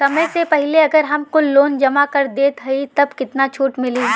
समय से पहिले अगर हम कुल लोन जमा कर देत हई तब कितना छूट मिली?